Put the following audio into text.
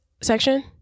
section